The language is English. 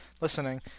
listening